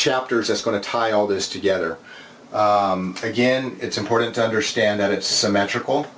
chapters it's going to tie all this together again it's important to understand that it's symmetrical